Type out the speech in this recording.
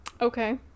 okay